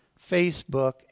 Facebook